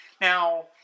now